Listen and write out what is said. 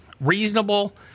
Reasonable